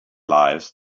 lives